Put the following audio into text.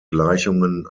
gleichungen